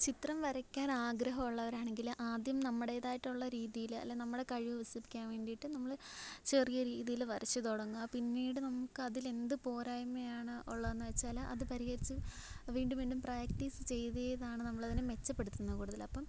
ചിത്രം വരയ്ക്കാനാഗ്രഹമുള്ളവർ ആണെങ്കിൽ ആദ്യം നമ്മടേതായിട്ടുള്ള രീതിയിൽ അല്ലെ നമ്മുടെ കഴിവ് വികസിപ്പിക്കാൻ വേണ്ടീട്ട് നമ്മൾ ചെറിയ രീതിയിൽ വരച്ച് തുടങ്ങി പിന്നീട് നമുക്കതിൽ എന്ത് പോരായ്മയാണ് ഉള്ളതെന്ന് വെച്ചാൽ അത് പരിഹരിച്ച് വീണ്ടും വീണ്ടും പ്രാക്റ്റീസ് ചെയ്ത് ചെയ്താണ് നമ്മൾ അതിനെ മെച്ചപ്പെടുത്തുന്നത് കൂടുതൽ അപ്പം